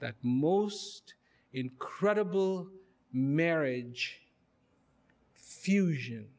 that most incredible marriage fusion